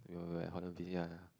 we were at Holland-V ya ya